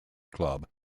club